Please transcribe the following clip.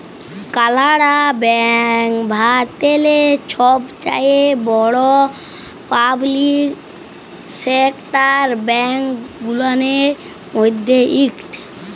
কালাড়া ব্যাংক ভারতেল্লে ছবচাঁয়ে বড় পাবলিক সেকটার ব্যাংক গুলানের ম্যধে ইকট